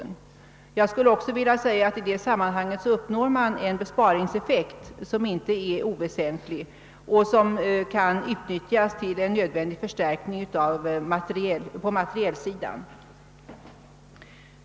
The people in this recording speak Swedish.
I det sammanhanget vill jag också framhålla den icke oväsentliga besparingseffekt som härigenom kan uppnås och som kan utnyttjas till en nödvändig förstärkning på materielsidan.